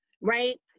right